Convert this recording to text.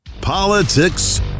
Politics